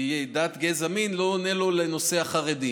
כי דת, גזע ומין לא עונה לו על נושא החרדים.